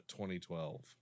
2012